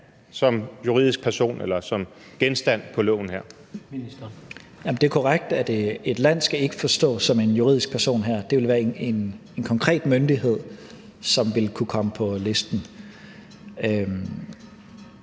og integrationsministeren (Mattias Tesfaye): Det er korrekt, at et land ikke skal forstås som en juridisk person. Det vil være en konkret myndighed, som vil kunne komme på listen.